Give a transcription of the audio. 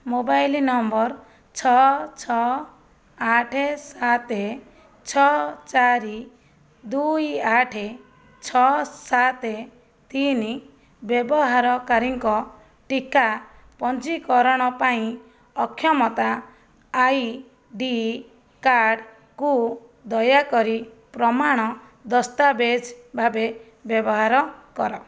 mobile number ଛଅ ଛଅ ଆଠ ସାତ ଛଅ ଚାରି ଦୁଇ ଆଠ ଛଅ ସାତ ତିନି ବ୍ୟବହାରକାରୀଙ୍କ ଟିକା ପଞ୍ଜୀକରଣ ପାଇଁ ଅକ୍ଷମତା ଆଇ ଡି କାର୍ଡ଼୍କୁ ଦୟାକରି ପ୍ରମାଣ ଦସ୍ତାବେଜ ଭାବେ ବ୍ୟବହାର କର